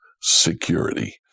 security